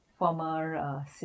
Former